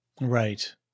Right